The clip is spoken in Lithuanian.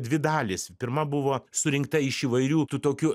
dvi dalys pirma buvo surinkta iš įvairių tų tokių